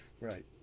Right